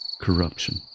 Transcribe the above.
corruption